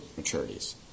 maturities